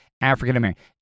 African-American